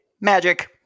magic